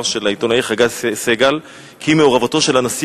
של העיתונאי חגי סגל ולפיו מעורבותו של הנשיא